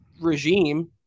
regime